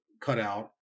cutout